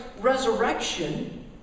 resurrection